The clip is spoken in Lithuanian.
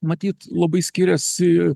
matyt labai skiriasi